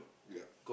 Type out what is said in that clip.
yup